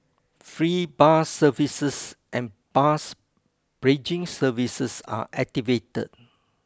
free bus services and bus bridging services are activated